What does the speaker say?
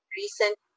recent